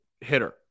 hitter